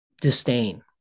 disdain